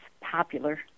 popular